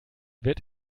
wird